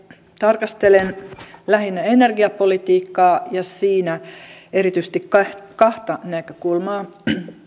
tarkastelen lähinnä energiapolitiikkaa ja siinä erityisesti kahta näkökulmaa